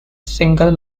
single